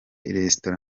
resitora